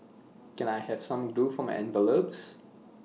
can I have some glue for my envelopes